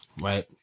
right